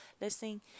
listening